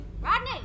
Rodney